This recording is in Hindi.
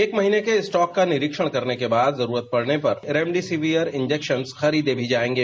एक महीने के स्टाफ का निरीक्षण करने के बाद जरूरत पड़ने पर रेमडोसिवियर इंजेक्शंस खरीदे भी जाएंगे